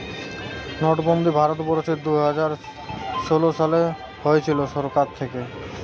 নোটবন্দি ভারত বর্ষে দুইহাজার ষোলো সালে হয়েছিল সরকার থাকে